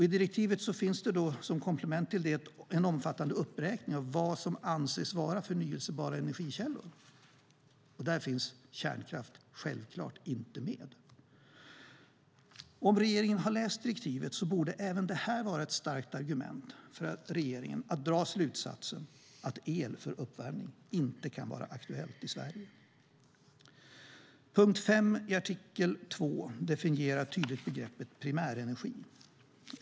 I direktivet finns det, som komplement till detta, en omfattande uppräkning av vad som anses vara förnybara energikällor. Där finns kärnkraft självfallet inte med. Om regeringen har läst direktivet borde även detta vara ett starkt argument för regeringen att dra slutsatsen att el för uppvärmning inte kan vara aktuellt i Sverige. Punkt 5 i artikel 2 definierar tydligt begreppet primärenergi.